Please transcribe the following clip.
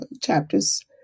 chapters